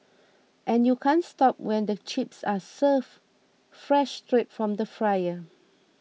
and you can't stop when the chips are served fresh straight from the fryer